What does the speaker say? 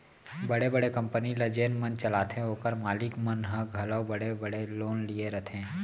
बड़े बड़े कंपनी ल जेन मन चलाथें ओकर मालिक मन ह घलौ बड़े बड़े लोन लिये रथें